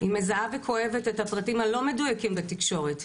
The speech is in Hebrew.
היא מזהה וכואבת את הפרטים הלא מדויקים בתקשורת,